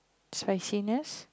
spiciness